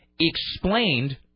explained